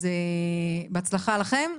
אז בהצלחה לכם.